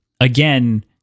again